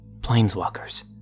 Planeswalkers